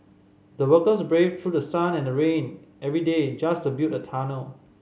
the workers braved through the sun and rain every day just to build the tunnel